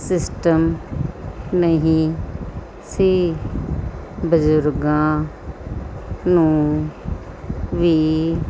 system ਨਹੀਂ ਸੀ ਬਜ਼ੁਰਗਾਂ ਨੂੰ ਵੀ